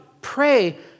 Pray